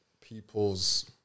people's